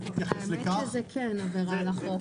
האמת שזה כן עבירה על החוק.